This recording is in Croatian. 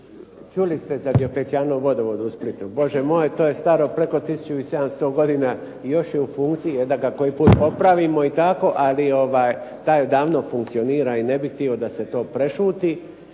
Čuli ste za Dioklecijanov vodovod u Splitu. Bože moj, to je staro preko 1700 godina i još je u funkciji, je da ga koji put opravimo i tako, ali taj odavno funkcionira i ne bi htio da se to prešuti